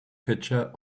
pitcher